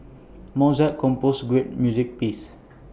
Mozart composed great music pieces